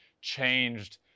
changed